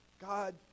god